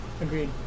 Agreed